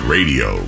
Radio